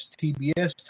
TBS